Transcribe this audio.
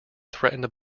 threatened